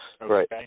Right